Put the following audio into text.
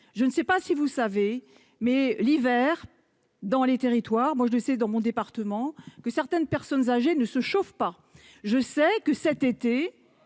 je ne sais pas si vous savez mais l'hiver dans les territoires, moi je sais dans mon département, que certaines personnes âgées ne se chauffent pas, je sais que cet été